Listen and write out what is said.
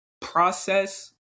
process